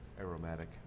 aromatic